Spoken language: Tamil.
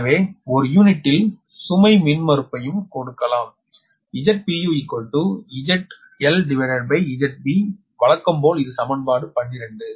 எனவே ஒரு யூனிட்டில் சுமை மின்மறுப்பையும் கொடுக்கலாம் ZpuZLZBவழக்கம் போல் இது சமன்பாடு 12